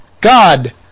God